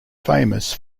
famous